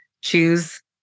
choose